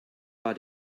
war